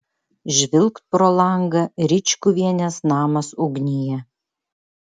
žvilgt pro langą ričkuvienės namas ugnyje